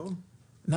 אני עשיתי.